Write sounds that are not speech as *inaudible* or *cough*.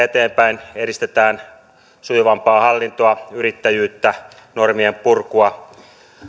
*unintelligible* eteenpäin edistetään sujuvampaa hallintoa yrittäjyyttä normien purkua